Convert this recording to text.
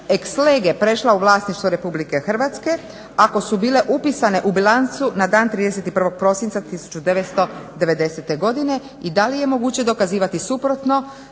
ex lege prešla u vlasništvo RH ako su bile upisane u bilancu na dan 31. prosinca 1990. godine i da li je moguće dokazivati suprotno.